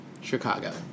Chicago